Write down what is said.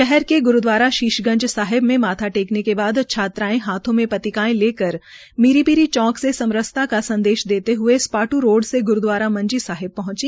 शहर के गुरूदवारा शीशगंज साहिब में माथा टेकने के बाद छात्राएं हाथों में पतिकाएं लेकर मीरी पीरी चौक से समरसता का संदेश देते हुए स्पाटू रोड से ग्रूदवारा मंजी साहिब पहुंची